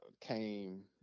came